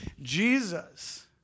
Jesus